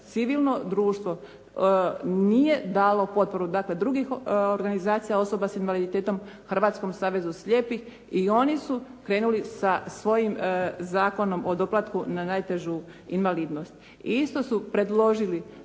civilno društvo nije dalo potporu dakle drugih organizacija osoba s invaliditetom Hrvatskom savezu slijepih i oni su krenuli sa svojim Zakonom o doplatku na najtežu invalidnost. I isto su predložili